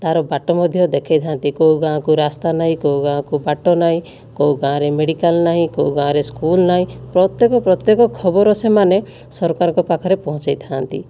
ତା'ର ବାଟ ମଧ୍ୟ ଦେଖାଇଥାନ୍ତି କେଉଁ ଗାଁକୁ ରାସ୍ତା ନାହିଁ କେଉଁ ଗାଁକୁ ବାଟ ନାହିଁ କେଉଁ ଗାଁରେ ମେଡିକାଲ ନାହିଁ କେଉଁ ଗାଁରେ ସ୍କୁଲ୍ ନାହିଁ ପ୍ରତ୍ୟେକ ପ୍ରତ୍ୟେକ ଖବର ସେମାନେ ସରକାରଙ୍କ ପାଖରେ ପହଞ୍ଚାଇଥାନ୍ତି